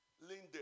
Linda